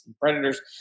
predators